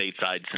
stateside